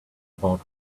about